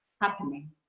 happening